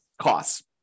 costs